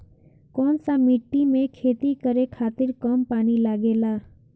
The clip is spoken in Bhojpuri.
कौन सा मिट्टी में खेती करे खातिर कम पानी लागेला?